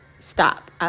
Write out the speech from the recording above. Stop